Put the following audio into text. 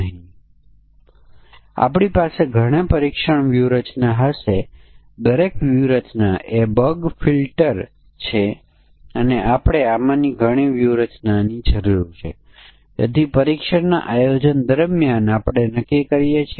તેથી આપણી પાસે 2 પરિમાણો ઇનપુટ છે જેમાં 2 ઇનપુટ ડેટા છે એક શિક્ષણનું વર્ષ છે અને બીજું વય છે